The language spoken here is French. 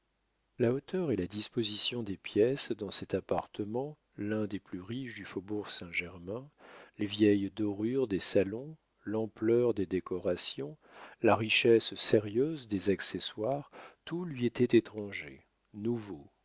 la hauteur et la disposition des pièces dans cet appartement l'un des plus riches du faubourg saint-germain les vieilles dorures des salons l'ampleur des décorations la richesse sérieuse des accessoires tout lui était étranger nouveau